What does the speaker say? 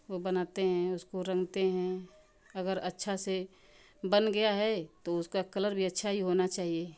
वो बनाते हैं उसको रंगते हैं अगर अच्छा से बन गया है तो उसका कलर भी अच्छा ही होना चाहिए